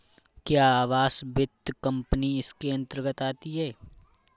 क्या आवास वित्त कंपनी इसके अन्तर्गत आती है?